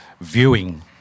viewing